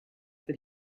that